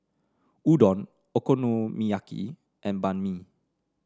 Udon Okonomiyaki and Banh Mi